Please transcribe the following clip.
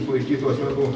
sulaikytų asmenų